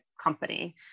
company